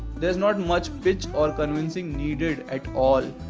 there's not much pitch or convincing needed at all.